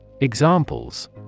Examples